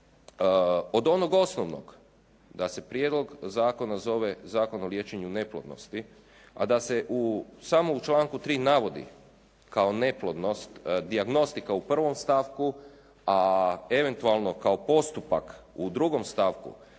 od onog osnovnog da se prijedlog zakona zove Zakon o liječenju neplodnosti, a da se samo u članku 3. navodi kao neplodnost dijagnostika u prvom stavku, a eventualno kao postupak u drugom stavku,